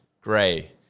Gray